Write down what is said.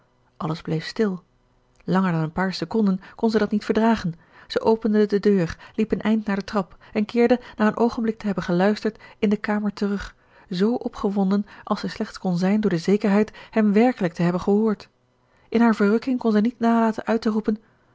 alles bleef stil langer dan een paar seconden kon zij dat niet verdragen zij opende de deur liep een eind naar de trap en keerde na een oogenblik te hebben geluisterd in de kamer terug z opgewonden als zij slechts kon zijn door de zekerheid hem werkelijk te hebben gehoord in haar verrukking kon zij niet nalaten uit te roepen